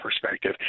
perspective